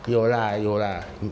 有啦有啦